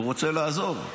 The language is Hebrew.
והוא רוצה לעזור.